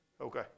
Okay